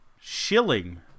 shilling